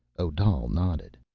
odal nodded.